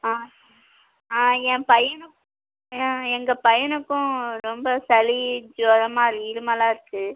ஆ ஆ என் பையனுக்கும் ஆ எங்கள் பையனுக்கும் ரொம்ப சளி ஜூரமா இருமலாக இருக்குது